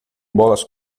bolas